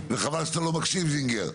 וחבל שאתה לא מקשיב, זינגר.